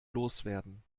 loswerden